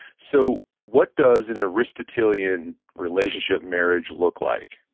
so, what does an aristotelian relationship marriage look like?